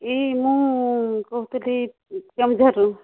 ଏଇ ମୁଁ କହୁଥିଲି କେଉଁଝରରୁ